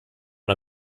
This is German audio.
der